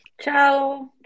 ciao